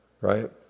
right